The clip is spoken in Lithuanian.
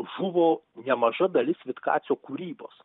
žuvo nemaža dalis vitkacio kūrybos